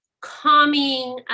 calming